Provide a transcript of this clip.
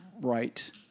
right